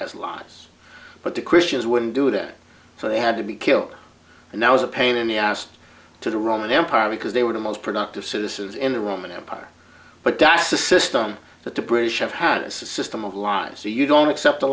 as lies but the christians wouldn't do that so they had to be killed and that was a pain in the ass to the roman empire because they were the most productive citizens in the roman empire but that's a system that the british have had a system of laws so you don't accept the